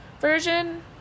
version